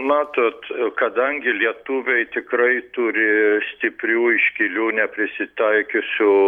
matot kadangi lietuviai tikrai turi stiprių iškilių neprisitaikiusių